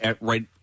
Right